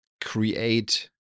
create